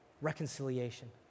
Reconciliation